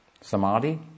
Samadhi